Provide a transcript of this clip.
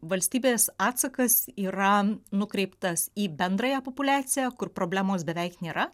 valstybės atsakas yra nukreiptas į bendrąją populiaciją kur problemos beveik nėra